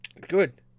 Good